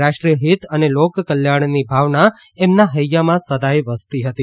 રાષ્ટ્રીય હિત અને લોકકલ્યાણની ભાવના એમના હૈયામાં સદાય વસતી હતી